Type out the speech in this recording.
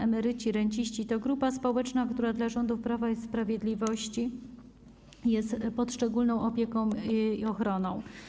Emeryci i renciści to grupa społeczna, która dla rządów Prawa i Sprawiedliwości jest pod szczególną opieką i ochroną.